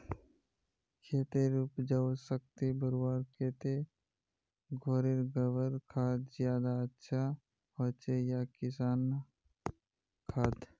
खेतेर उपजाऊ शक्ति बढ़वार केते घोरेर गबर खाद ज्यादा अच्छा होचे या किना खाद?